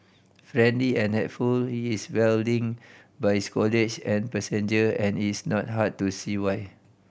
friendly and helpful he is welling by his colleague and passenger and is not hard to see why